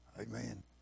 Amen